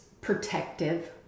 protective